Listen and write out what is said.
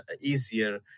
easier